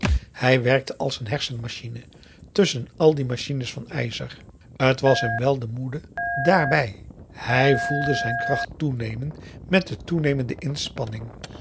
hij werkte als een hersen machine tusschen al die machines van ijzer het was hem wèl te moede daarbij hij voelde zijn kracht toenemen met de toenemende inspanning